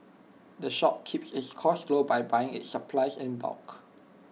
the shop keeps its cost low by buying its supplies in bulk